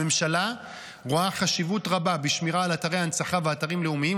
הממשלה רואה חשיבות רבה בשמירה על אתרי הנצחה ואתרים לאומיים,